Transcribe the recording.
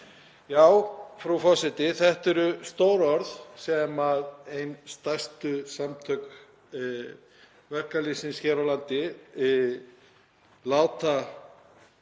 Já, frú forseti, þetta eru stór orð sem ein stærstu samtök verkalýðsins hér á landi láta